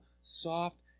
soft